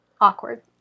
awkward